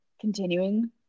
continuing